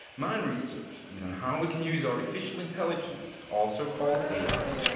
my and research is on how we can use artificial intelligence, also called ai,